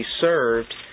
served